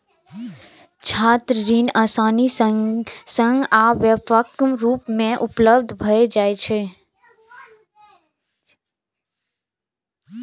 छात्र ऋण आसानी सं आ व्यापक रूप मे उपलब्ध भए जाइ छै